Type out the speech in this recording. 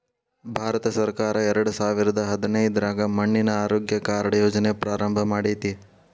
ಭಾರತಸರ್ಕಾರ ಎರಡಸಾವಿರದ ಹದಿನೈದ್ರಾಗ ಮಣ್ಣಿನ ಆರೋಗ್ಯ ಕಾರ್ಡ್ ಯೋಜನೆ ಪ್ರಾರಂಭ ಮಾಡೇತಿ